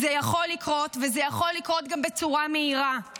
זה יכול לקרות, וזה יכול לקרות גם בצורה מהירה.